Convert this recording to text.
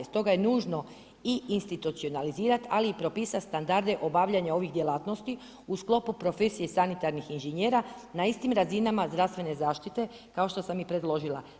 Stoga je nužno i institucionalizirat, ali i propisat standarde obavljanja ovih djelatnosti u sklopu profesije sanitarnih inžinjera na istim razinama zdravstvene zaštite kao što sam i predložila.